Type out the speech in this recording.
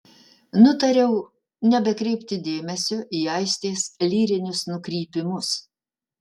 nutariau nebekreipti dėmesio į aistės lyrinius nukrypimus